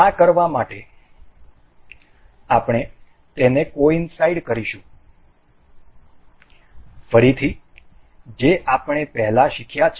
આ કરવા માટે અમે તેને કોઈનસાઈડ કરીશું ફરીથી જે આપણે પહેલા શીખ્યા છે